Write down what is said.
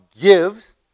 gives